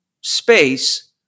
space